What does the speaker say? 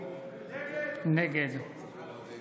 נגד מירי